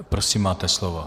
Prosím, máte slovo.